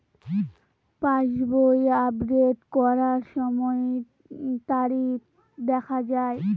পাসবই update করার সময়ে তারিখ দেখা য়ায়?